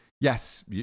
Yes